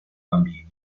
bambini